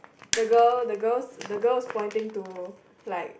the girl the girl the girl's pointing to like